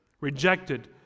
rejected